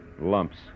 Lumps